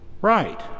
Right